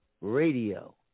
Radio